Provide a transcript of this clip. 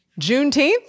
Juneteenth